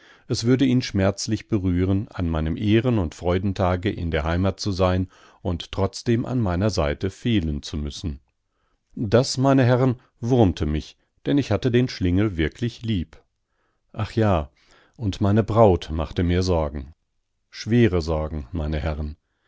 es würde ihn schmerzlich berühren an meinem ehren und freudentage in der heimat zu sein und trotzdem an meiner seite fehlen zu müssen das meine herren wurmte mich denn ich hatte den schlingel wirklich lieb ach ja und meine braut machte mir sorgen schwere sorgen meine herren